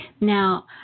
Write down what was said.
Now